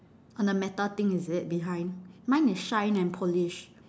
on the metal thing is it behind mine is shine and polish